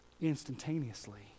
instantaneously